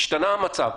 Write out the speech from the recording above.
השתנה המצב,